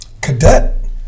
Cadet